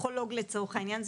פסיכולוג לצורך העניין,